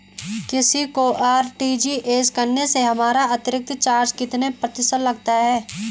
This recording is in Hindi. किसी को आर.टी.जी.एस करने से हमारा अतिरिक्त चार्ज कितने प्रतिशत लगता है?